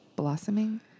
Blossoming